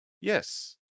Yes